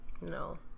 No